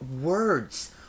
words